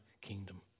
kingdom